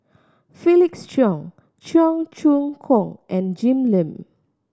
Felix Cheong Cheong Choong Kong and Jim Lim